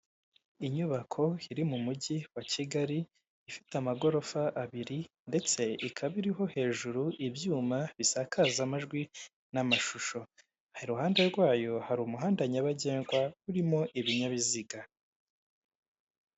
Inyubako iri mu mujyi wa Kigali, ifite amagorofa abiri ndetse ikaba iriho hejuru ibyuma bisakaza amajwi n'amashusho. Iruhande rwayo hari umuhanda nyabagendwa urimo ibinyabiziga.